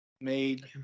made